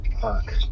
Fuck